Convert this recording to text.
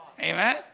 Amen